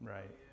Right